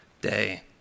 day